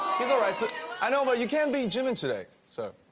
he's alright i know but you can't meet jimin today so.